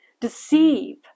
deceive